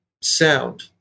sound